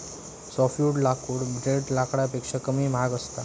softwood लाकूड ब्रेड लाकडापेक्षा कमी महाग असता